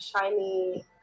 shiny